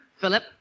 Philip